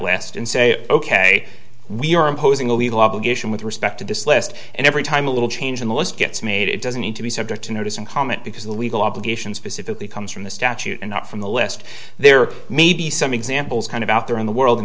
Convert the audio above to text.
west and say ok we're imposing a legal obligation with respect to this list and every time a little change in the list gets made it doesn't need to be subject to notice and comment because the legal obligations specifically comes from the statute and not from the lest there may be some examples kind of out there in the world and